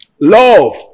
love